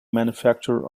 manufacture